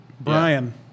Brian